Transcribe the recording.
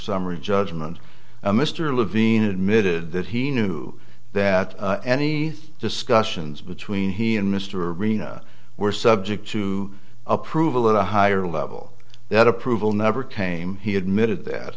summary judgment mr levine admitted that he knew that any discussions between he and mr arena were subject to approval at a higher level that approval never came he admitted that